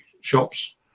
shops